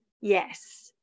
yes